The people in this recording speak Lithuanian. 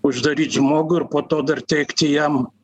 uždaryt žmogų ir po to dar teikti jam